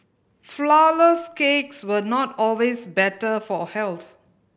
flourless cakes were not always better for health